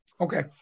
Okay